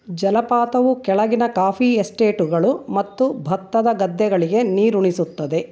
ಜಲಪಾತವು ಕೆಳಗಿನ ಕಾಫಿ ಎಸ್ಟೇಟುಗಳು ಮತ್ತು ಭತ್ತದ ಗದ್ದೆಗಳಿಗೆ ನೀರುಣಿಸುತ್ತದೆ